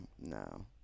No